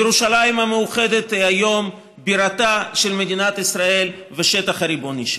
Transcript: ירושלים המאוחדת היום היא בירתה של מדינת ישראל ושטח ריבוני שלה.